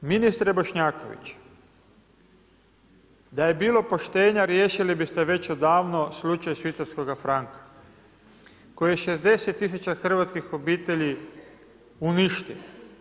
Ministre Bošnjaković, da je bilo poštenja riješili bi ste već odavno slučaj švicarskoga franka, koji 60 tisuća hrvatskih obitelji uništio.